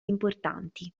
importanti